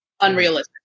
unrealistic